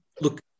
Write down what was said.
Look